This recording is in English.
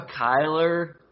Kyler